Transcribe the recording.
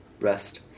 rest